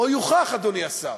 או יוכח אדוני השר,